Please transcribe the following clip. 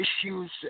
issues